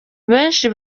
benshi